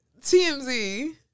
TMZ